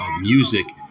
music